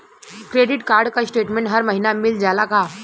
Credit card क statement हर महिना मिल जाला का?